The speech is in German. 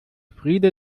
friede